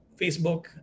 Facebook